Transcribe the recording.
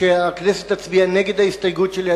שהכנסת תצביע נגד ההסתייגות שלי.